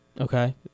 Okay